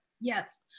Yes